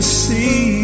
see